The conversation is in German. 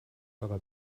eurer